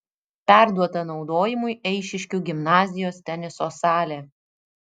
perduota naudojimui eišiškių gimnazijos teniso salė